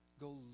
Go